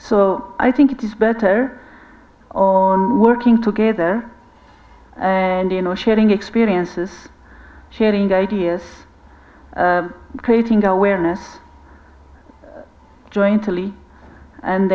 so i think it is better on working together and you know sharing experiences sharing ideas and creating awareness jointly and